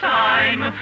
time